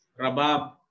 Rabab